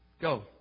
go